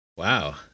Wow